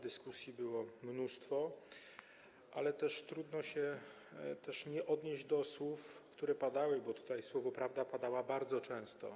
Dyskusji było mnóstwo, ale też trudno nie odnieść się do słów, które padały, bo tutaj słowo „prawda” padało bardzo często.